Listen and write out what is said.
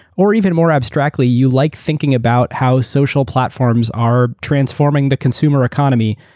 or even more abstractly you like thinking about how social platforms are transforming the consumer economy,